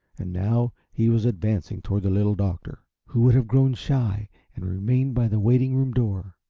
and now he was advancing toward the little doctor, who would have grown shy and remained by the waiting-room door.